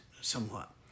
somewhat